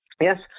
Yes